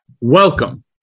Welcome